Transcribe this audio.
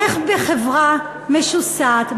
איך בחברה משוסעת,